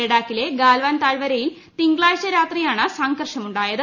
ലഡാക്കിലെ ഗാൽവൻ താഴ്വരയിൽ തിങ്കളാഴ്ച രാത്രിയാണ് സംഘർഷമുണ്ടായത്